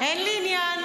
אין לי עניין.